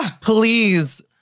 Please